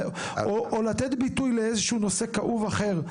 או לתת ביטוי לאיזשהו נושא כאוב אחר,